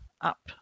up